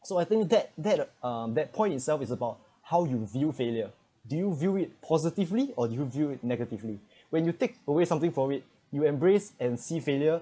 so I think that that uh that point itself is about how you view failure do you view it positively or do you viewed negatively when you take away something for it you embrace and see failure